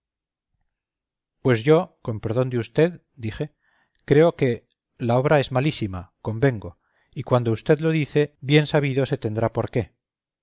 pues yo con perdón de vd dije creo que la obra es malísima convengo y cuando vd lo dice bien sabido se tendrá por qué